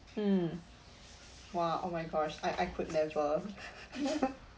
mm !wah! oh my gosh I I could never